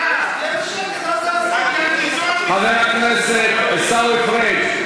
שמעת אותי אומר לו שישנה את הסגנון שהוא מתבטא בו.